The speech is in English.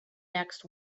next